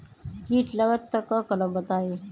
कीट लगत त क करब बताई?